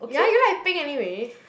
ya you like pink anyway